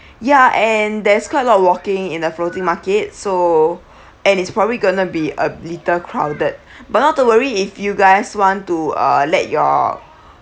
ya and there's quite a lot of walking in the floating market so and it's probably going to be a little crowded but not to worry if you guys want to uh let your